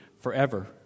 forever